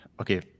okay